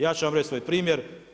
Ja ću vam reći svoj primjer.